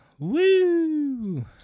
Woo